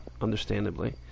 understandably